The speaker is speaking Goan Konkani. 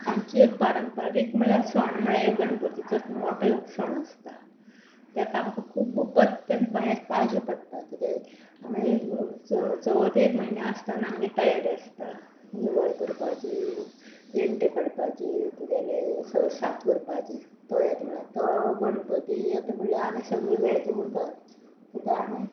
आमचो एक पारंपारीक म्हळ्यार सण म्हळ्यार एक गणपतीचोच मोटो सण आसता तेका आमकां खूब पथ्य पाळचे पडटा कितेंय आमी चवथ एक म्हयन्या आसतना आमगे तयारी आसता निवळ करपाची पेंट काडपाची तुगेलें सगळे साफ करपाची तो येता म्हणल्यार तो गणपती येता म्हळ्यार आमी सगलीं वेज उरतात कित्या आमी